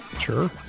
Sure